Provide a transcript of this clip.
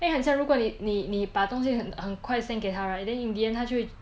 then 很像如果你你把东西很快 send 给他 right then in the end 他就会